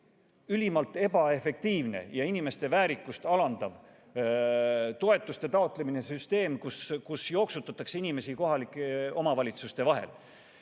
ülimalt ebaefektiivne ja inimeste väärikust alandav toetuste taotlemise süsteem. Inimesi jooksutatakse kohalike omavalitsuste vahel.